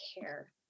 care